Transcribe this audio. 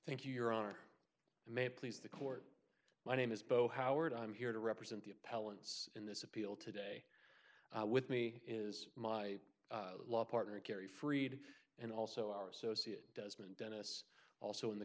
thank you your honor and may please the court my name is bo howard i'm here to represent the appellant's in this appeal today with me is my law partner kerry freed and also our associate desmond dennis also in the